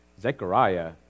Zechariah